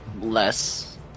less